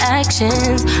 actions